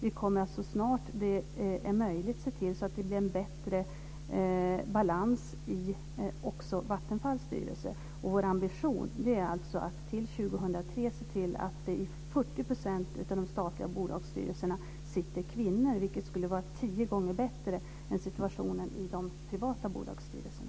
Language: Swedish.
Vi kommer så snart det är möjligt att se till att det blir en bättre balans också i Vattenfalls styrelse. Vår ambition är alltså att till år 2003 se till att det sitter kvinnor i 40 % av de statliga bolagsstyrelserna. Det skulle vara tio gånger bättre än situationen i de privata bolagsstyrelserna.